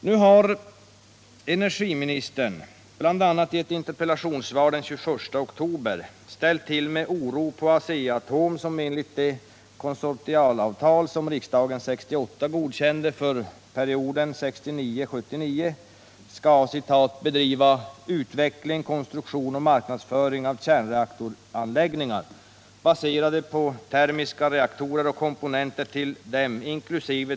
Nu har energiministern, bl.a. genom ett interpellationssvar den 21 oktober, ställt till med oro på Asea-Atom, som enligt det konsortialavtal som riksdagen 1968 godkände för perioden 1969-1979 skall "”bedriva utveckling, konstruktion och marknadsföring av kärnreaktoranläggningar, baserade på termiska reaktorer och komponenter till dem inkl.